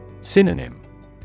Synonym